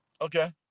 Okay